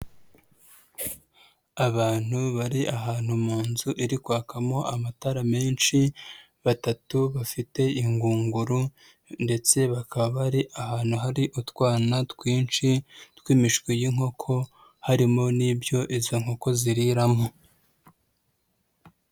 Abantu bari ahantu mu nzu iri kwakamo amatara menshi batatu, bafite ingunguru ndetse bakaba bari ahantu hari utwana twinshi tw'imishwi y'inkoko harimo n'ibyo izo nkoko ziriramo.